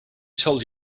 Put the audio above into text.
told